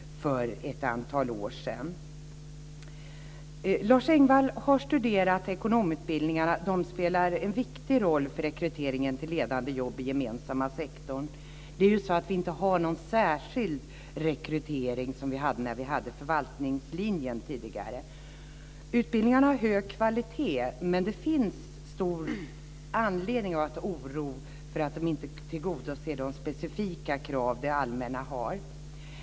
Lars Engvall har studerat ekonomutbildningarna. De spelar en viktig roll för rekryteringen till ledande jobb i gemensamma sektorn. Det finns ju inte någon särskild rekrytering på samma sätt som när förvaltningslinjen fanns tidigare. Utbildningarna har hög kvalitet, men det finns stor anledning till oro för att de inte tillgodoser det allmännas specifika krav.